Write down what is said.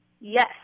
yes